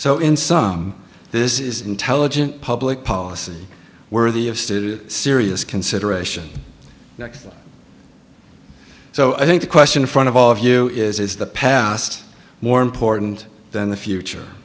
so in some this is intelligent public policy worthy of serious consideration so i think the question front of all of you is is the past more important than the future